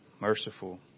Merciful